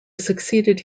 succeeded